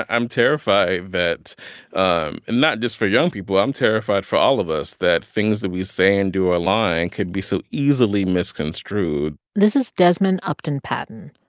i'm terrified that um and not just for young people. i'm terrified for all of us, that things that we say and do online could be so easily misconstrued this is desmond upton patton,